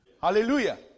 Hallelujah